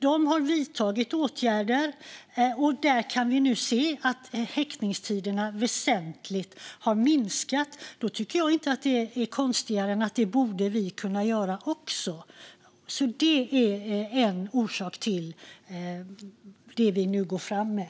De har vidtagit åtgärder, och där kan vi nu se att häktningstiderna har minskat väsentligt. Då tycker jag inte att det är konstigare än att vi också borde kunna göra det. Det är en orsak till det som vi nu går fram med.